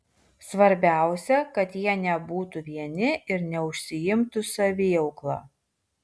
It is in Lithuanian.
svarbiausia kad jie nebūtų vieni ir neužsiimtų saviaukla